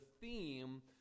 theme